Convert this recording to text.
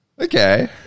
Okay